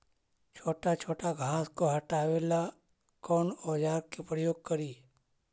छोटा छोटा घास को हटाबे ला कौन औजार के प्रयोग करि?